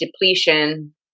depletion